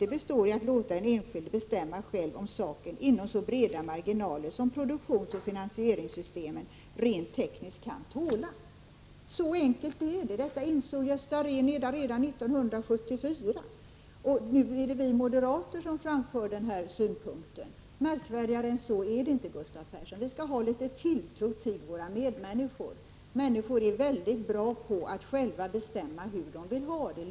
Den består i att låta den enskilde bestämma själv om saken inom så breda marginaler som produktionsoch finansieringssystemen rent tekniskt kan tåla.” Så enkelt är det. Detta insåg Gösta Rehn redan 1974, och nu är det vi moderater som framför den synpunkten. Märkvärdigare än så är det inte, Gustav Persson. Vi skall ha litet tilltro till våra medmänniskor. Människor är väldigt bra på att själva bestämma hur de vill ha det.